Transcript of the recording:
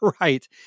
Right